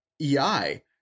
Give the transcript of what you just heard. ei